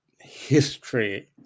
history